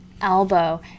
elbow